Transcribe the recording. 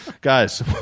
guys